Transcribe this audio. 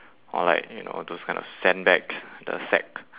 or like you know those kind of sandbags the sack